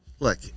Look